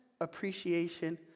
appreciation